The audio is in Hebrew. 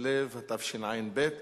בכסלו התשע"ב,